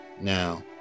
now